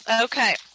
Okay